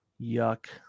Yuck